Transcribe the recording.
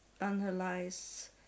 analyze